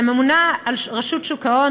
לממונה על רשות שוק ההון,